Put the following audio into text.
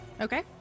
Okay